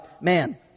man